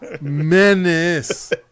Menace